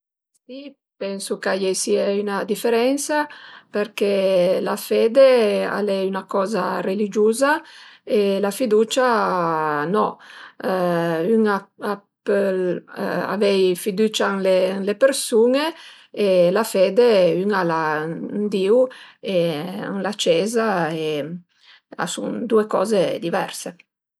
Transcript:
Si pensu ch'a ie i sìa 'na diferensa përché la fede al e üna coza religiuza e la fiducia no. Ün a pöl avei fidücia ën le persun-e e la fede ün al a ën Diu e ën la cieza e a sun due coze diverse